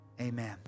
amen